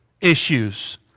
issues